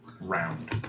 round